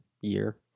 year